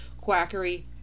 quackery